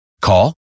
Call